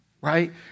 Right